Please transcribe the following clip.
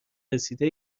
رسیده